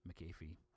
McAfee